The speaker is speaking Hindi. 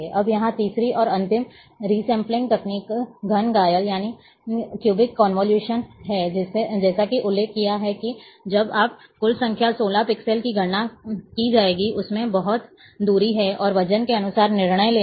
अब यहाँ तीसरी और अंतिम रीसेंपलिंग तकनीक घन कायल है जैसा कि उल्लेख किया गया है कि अब कुल संख्या सोलह पिक्सेल की गणना की जाएगी इसमें बहुत दूरी है और वज़न के अनुसार निर्णय लेना है